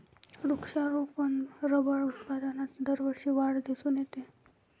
वृक्षारोपण रबर उत्पादनात दरवर्षी वाढ दिसून येते